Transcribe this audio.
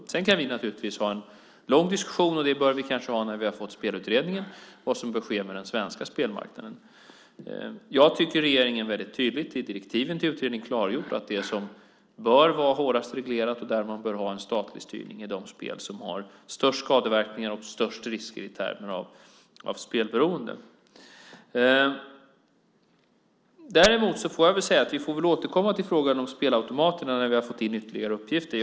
Sedan kan vi naturligtvis ha en lång diskussion om vad som bör ske med den svenska spelmarknaden, och det bör vi kanske ha när vi har fått Spelutredningen. Jag tycker att regeringen i direktiven till utredningen mycket tydligt har klargjort att det som bör regleras hårdast och där man bör ha en statlig styrning är de spel som har störst skadeverkningar och störst risker i termer av spelberoende. Däremot får vi återkomma till frågan om spelautomaterna när vi fått in ytterligare uppgifter.